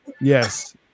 Yes